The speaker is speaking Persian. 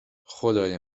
خدای